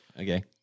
okay